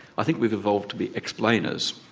i think we've evolved to be explainers.